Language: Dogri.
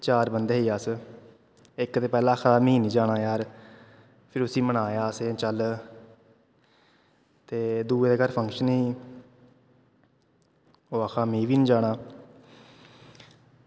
चार बंदे ही अस इक ते पैह्लें आक्खा दा हा मीं निं जाना यार फिर उसी मनाया असें चल ते दूए दे घर फंक्शन ही ओह् आक्खा दा मीं बी निं जाना